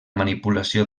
manipulació